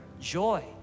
joy